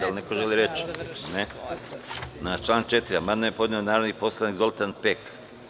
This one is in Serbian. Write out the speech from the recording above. Da li neko želi reč? (Ne.) Na član 4. amandman je podneo narodni poslanik Zoltan Pek.